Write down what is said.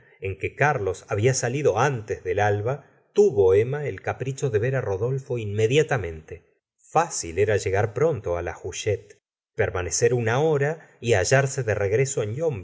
en que carlos había salido antes del alba tuvo elena el capricho de ver rodolfo inmediatamente fácil era llegar pronto lalluchette permanecer una hora y hallarse de regreso en